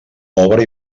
obra